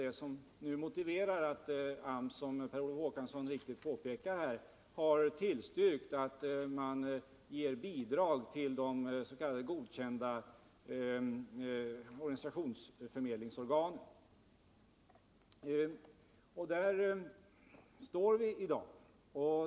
Det är väl motivet bakom att AMS, som Per Olof Håkansson riktigt påpekat, har tillstyrkt att man skall ge bidrag till de s.k. godkända förmedlingsorganen. Där står vi i dag.